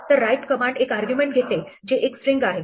तर write command एक argument घेते जे एक स्ट्रिंग आहे